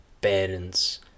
parents